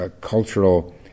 cultural